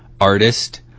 artist